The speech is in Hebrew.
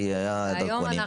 כי היו דרכונים,